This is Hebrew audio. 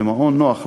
ל'מעון' נוח,